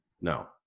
No